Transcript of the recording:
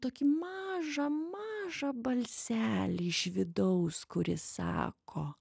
tokį mažą mažą balselį iš vidaus kuris sako